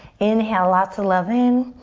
inahle lots of love in.